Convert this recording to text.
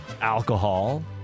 alcohol